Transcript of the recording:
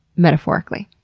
metaphorically.